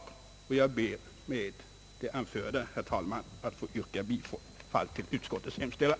Jag ber att med det anförda, herr talman, få yrka bifall till utskottets hemställan.